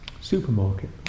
Supermarket